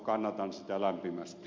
kannatan sitä lämpimästi